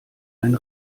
ein